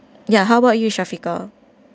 ya how about you shafiqah